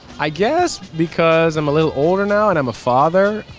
i guess because i'm a little older now and i'm a father?